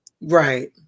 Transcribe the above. Right